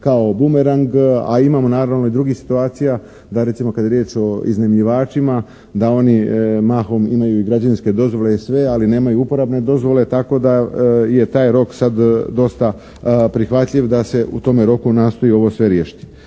kao bumerang, a imamo naravno i drugih situacija da recimo kada je riječ o iznajmljivačima da oni mahom imaju i građevinske dozvole i sve, ali nemaju uporabne dozvole tako da je taj rok sad dosta prihvatljiv da se u tome roku nastoji ovo sve riješiti.